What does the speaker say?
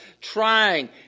trying